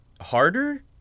harder